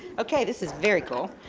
okay, this is very cool.